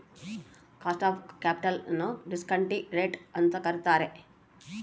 cost of capital ನ್ನು discount rate ಅಂತನು ಕರಿತಾರೆ